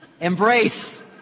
Embrace